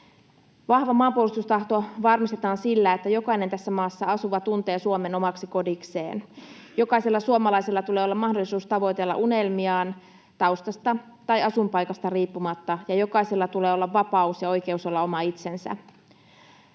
Vahva maanpuolustustahto varmistetaan sillä, että jokainen tässä maassa asuva tuntee Suomen omaksi kodikseen. Jokaisella suomalaisella tulee olla mahdollisuus tavoitella unelmiaan taustasta tai asuinpaikasta riippumatta, ja jokaisella tulee olla vapaus ja oikeus olla oma itsensä.